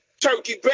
turkey